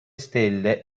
stelle